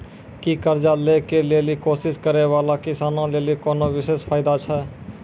कि कर्जा लै के लेली कोशिश करै बाला किसानो लेली कोनो विशेष फायदा छै?